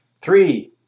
Three